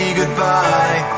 goodbye